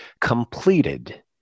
completed